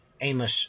Amos